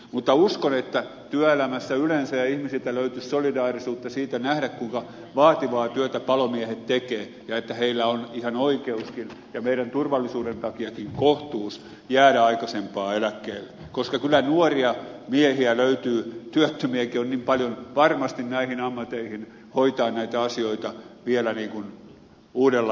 mutta uskon että työelämässä yleensä ja ihmisiltä löytyisi solidaarisuutta nähdä kuinka vaativaa työtä palomiehet tekevät ja että heillä on ihan oikeuskin ja meidän turvallisuuden takiakin kohtuus jäädä aikaisemmin eläkkeelle koska kyllä nuoria miehiä löytyy työttömiäkin on niin paljon varmasti näihin ammatteihin hoitamaan näitä asioita vielä uudella innolla